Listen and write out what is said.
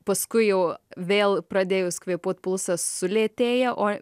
paskui jau vėl pradėjus kvėpuot pulsas sulėtėja o